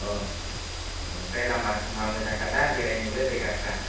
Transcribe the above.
अ ओमफ्राय लामा सामा मोजांखा दा बेरायनोबो जायगाफोरा